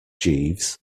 jeeves